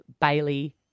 Bailey